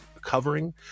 covering